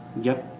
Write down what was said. yep.